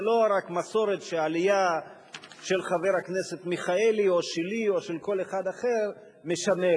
לא רק מסורת שהעלייה של חבר הכנסת מיכאלי או שלי או של כל אחד אחר משמרת.